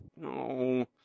no